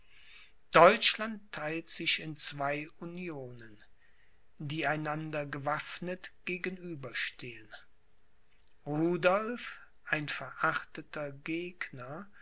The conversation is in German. deutschland theilt sich in zwei unionen die einander gewaffnet gegenüberstehen rudolph ein verachteter gegner